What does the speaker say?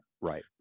Right